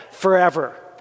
forever